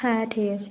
হ্যাঁ ঠিক আছে